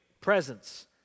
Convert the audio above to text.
presence